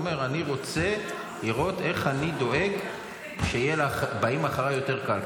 הוא אומר: אני רוצה לראות איך אני דואג שיהיה לבאים אחריי יותר קל.